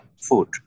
food